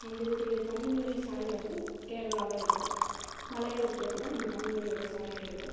நம்மளுடைய தமிழ் மொழி சாயல் வந்து கேரளாவில் இருக்கும் மலையாளத்தில் கூட நம்ம தமிழ் மொழியோட சாயல் இருக்கும்